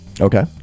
Okay